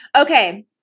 Okay